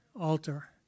altar